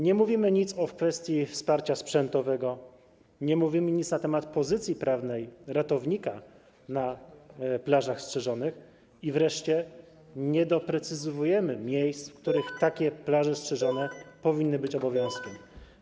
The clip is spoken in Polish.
Nie mówimy nic o kwestii wsparcia sprzętowego, nie mówimy nic na temat pozycji prawnej ratownika na plażach strzeżonych i wreszcie nie doprecyzowujemy miejsc, w których takie plaże strzeżone powinny być obowiązkowe.